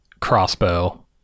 crossbow